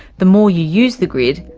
the more you use the grid,